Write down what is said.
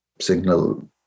signal